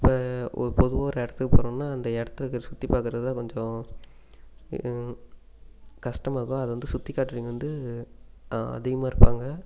இப்போ ஒரு பொதுவாக ஒரு இடத்துக்கு போகிறோம்ன்னா அந்த இடத்துக்கு சுற்றி பார்க்குறதுதான் கொஞ்சம் கஷ்டமாகும் அதை வந்து சுற்றி காட்றவங்க வந்து அதிகமாக இருப்பாங்க